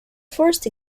first